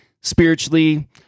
spiritually